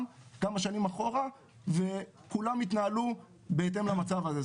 כמה שנים אחורה וכולם התנהלו בהתאם למצב הזה,